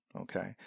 Okay